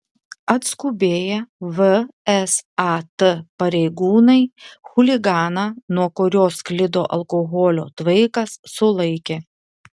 atskubėję vsat pareigūnai chuliganą nuo kurio sklido alkoholio tvaikas sulaikė